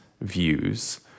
views